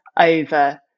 over